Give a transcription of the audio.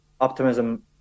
optimism